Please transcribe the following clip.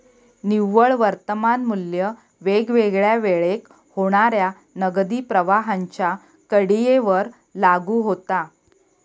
निव्वळ वर्तमान मू्ल्य वेगवेगळ्या वेळेक होणाऱ्या नगदी प्रवाहांच्या कडीयेवर लागू होता